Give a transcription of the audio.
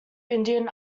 indian